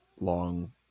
long